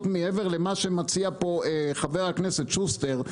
מעבר למה שמציע פה חבר הכנסת שוסטר,